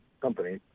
company